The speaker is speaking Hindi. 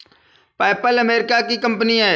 पैपल अमेरिका की कंपनी है